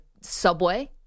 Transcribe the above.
subway